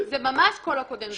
זה ממש כל הקודם זוכה.